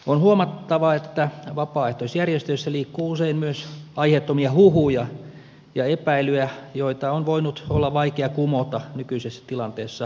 on huomattava että vapaaehtoisjärjestöissä liikkuu usein myös aiheettomia huhuja ja epäilyjä joita on voinut olla vaikea kumota nykyisessä tilanteessa